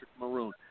Maroon